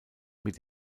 mit